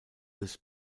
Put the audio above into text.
this